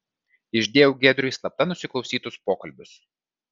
išdėjau giedriui slapta nusiklausytus pokalbius